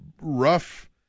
rough